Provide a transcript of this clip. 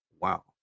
wow